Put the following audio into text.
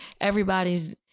Everybody's